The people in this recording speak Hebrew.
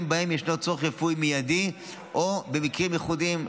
שבהם ישנו צורך רפואי מיידי או במקרים ייחודיים.